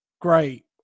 Great